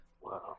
Wow